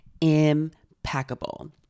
impeccable